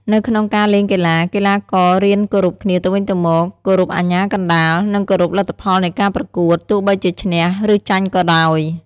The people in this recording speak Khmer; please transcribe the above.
នៅក្នុងការលេងកីឡា កីឡាកររៀនគោរពគ្នាទៅវិញទៅមក គោរពអាជ្ញាកណ្តាល និងគោរពលទ្ធផលនៃការប្រកួត ទោះបីជាឈ្នះ ឬចាញ់ក៏ដោយ។